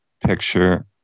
picture